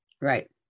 Right